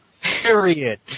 Period